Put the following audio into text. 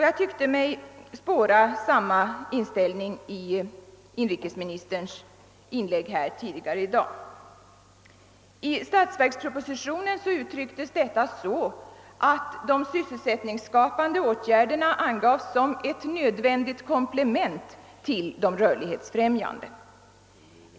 Jag tyckte mig spåra samma inställning i inrikesministerns inlägg tidigare i dag. I statsverkspropositionen uttrycktes detta så, att de sysselsättningsskapande åtgärderna angavs som ett nödvändigt komplement till de rörlighetsfrämjande.